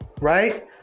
right